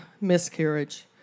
miscarriage